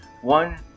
One